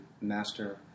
master